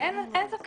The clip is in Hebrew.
אני באמת שואל.